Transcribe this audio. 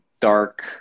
dark